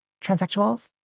transsexuals